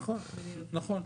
נכון.